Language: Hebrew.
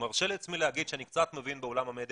מרשה לעצמי להגיד שאני קצת מבין בעולם המדיה